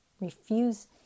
refuse